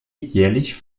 jährlich